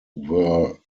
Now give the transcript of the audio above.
were